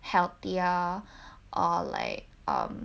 healthier or like um